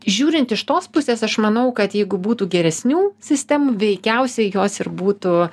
žiūrint iš tos pusės aš manau kad jeigu būtų geresnių sistemų veikiausiai jos ir būtų